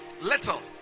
Little